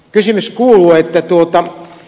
kysymys kuuluu